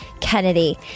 Kennedy